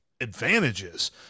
advantages